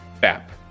Bap